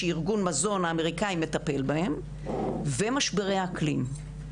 שארגון מזון האמריקאי מטפל בהם ומשברי האקלים.